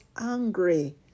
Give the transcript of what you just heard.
angry